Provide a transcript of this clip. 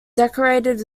decorated